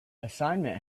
assignment